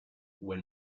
when